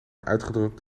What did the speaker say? uitgedrukt